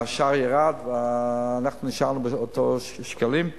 השער ירד ונשארנו עם אותם שקלים,